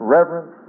Reverence